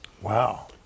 Wow